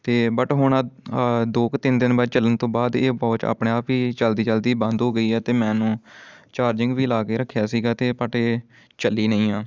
ਅਤੇ ਬਟ ਹੁਣ ਦੋ ਕੁ ਤਿੰਨ ਦਿਨ ਬਾਅਦ ਚੱਲਣ ਤੋਂ ਬਾਅਦ ਇਹ ਵੋਚ ਆਪਣੇ ਆਪ ਹੀ ਚੱਲਦੀ ਚੱਲਦੀ ਬੰਦ ਹੋ ਗਈ ਹੈ ਅਤੇ ਮੈਂ ਇਹਨੂੰ ਚਾਰਜਿੰਗ ਵੀ ਲਾ ਕੇ ਰੱਖਿਆ ਸੀਗਾ ਅਤੇ ਬਟ ਇਹ ਚੱਲੀ ਨਹੀਂ ਆ